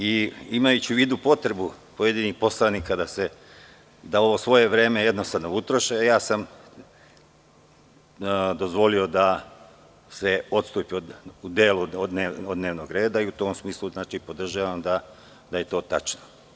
Imajući u vidu potrebu pojedinih poslanika da ovo svoje vreme jednostavno utroše, ja sam dozvolio da se odstupi u delu od dnevnog reda i u tom smislu podržavam da je to tačno.